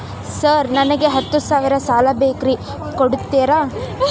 Sir ನನಗ ಹತ್ತು ಸಾವಿರ ಸಾಲ ಬೇಕ್ರಿ ಕೊಡುತ್ತೇರಾ?